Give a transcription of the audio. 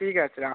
ঠিক আছে রাখুন